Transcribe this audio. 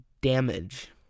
damage